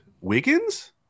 Wiggins